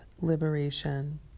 liberation